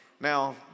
Now